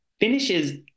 finishes